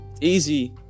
easy